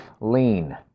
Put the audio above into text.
Lean